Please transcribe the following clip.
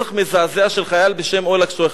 רצח מזעזע של חייל בשם אולג שייחט.